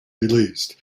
released